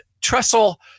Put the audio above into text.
Trestle